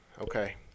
Okay